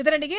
இதனிடையே